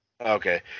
okay